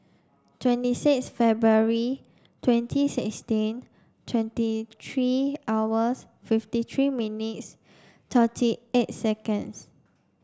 twenty six February twenty sixteen twenty three hours fifty three minutes thirty eight seconds